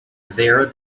there